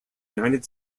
united